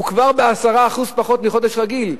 הוא כבר ב-10% פחות מחודש רגיל.